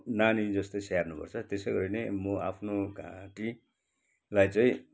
नानी जस्तै स्याहार्नु पर्छ त्यसै गरी नै म आफ्नो घाँटीलाई चाहिँ